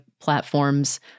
platforms